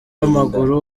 w’amaguru